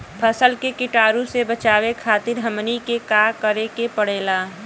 फसल के कीटाणु से बचावे खातिर हमनी के का करे के पड़ेला?